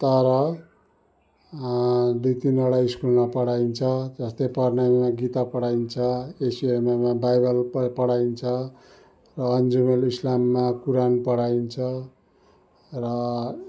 तर दुई तिनवटा स्कुलमा पढाइन्छ जस्तै प्रणामीमा गीता पढाइन्छ एसयुएमआईमा बाइबल पढाइन्छ र इस्लाममा कोरान पढाइन्छ र